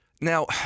Now